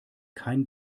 kein